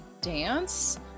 dance